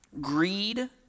Greed